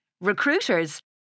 Recruiters